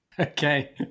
Okay